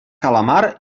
calamar